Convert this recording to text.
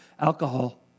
alcohol